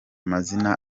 mazina